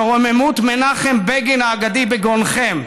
שרוממות מנחם בגין האגדי בגרונכם,